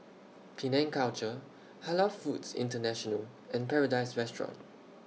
Penang Culture Halal Foods International and Paradise Restaurant